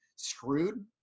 Screwed